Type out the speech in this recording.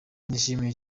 nishimiye